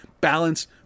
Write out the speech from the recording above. Balance